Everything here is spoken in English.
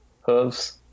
hooves